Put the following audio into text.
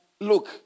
look